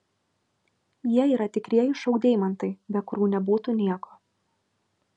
jie yra tikrieji šou deimantai be kurių nebūtų nieko